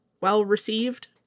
well-received